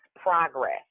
progress